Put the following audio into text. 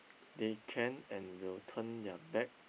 they can and will turn their back